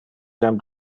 jam